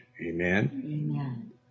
amen